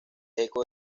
eco